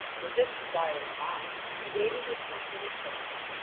with this desire in mind, she waited until she returned.